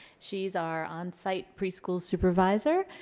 she's our on-site preschool supervisor.